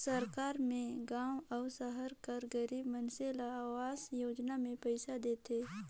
सरकार में गाँव अउ सहर कर गरीब मइनसे ल अवास योजना में पइसा देथे